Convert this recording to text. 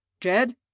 Jed